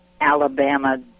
Alabama